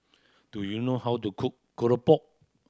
do you know how to cook keropok